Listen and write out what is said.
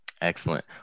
Excellent